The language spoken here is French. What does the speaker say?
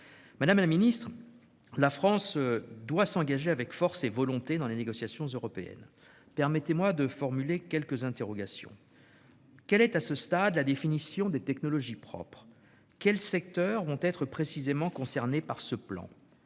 Madame la secrétaire d'État, la France doit s'engager avec force et volonté dans les négociations européennes. Permettez-moi de formuler quelques interrogations. Quelle est à ce stade la définition des « technologies propres »? Quels secteurs seront précisément concernés par ce plan ?